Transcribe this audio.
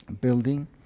building